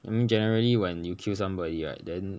I mean generally when you kill somebody right then